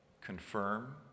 confirm